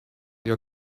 your